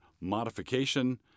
modification